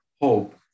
hope